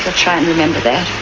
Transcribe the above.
ah chinese remember